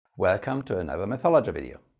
welcome to another mathologer video.